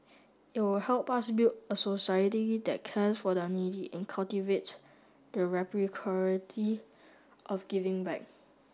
it will help us build a society that cares for the needy and cultivate the reciprocity of giving back